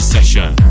Session